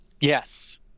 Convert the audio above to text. Yes